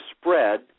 spread